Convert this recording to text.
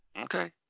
Okay